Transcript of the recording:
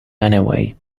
anyway